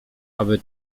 aby